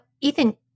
Ethan